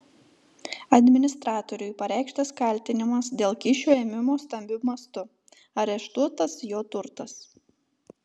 administratoriui pareikštas kaltinimas dėl kyšio ėmimo stambiu mastu areštuotas jo turtas